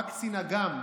בא קצין אג"ם,